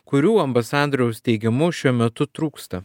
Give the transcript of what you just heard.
kurių ambasadoriaus teigimu šiuo metu trūksta